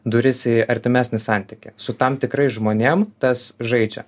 duris į artimesnį santykį su tam tikrais žmonėm tas žaidžia